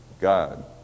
God